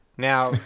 Now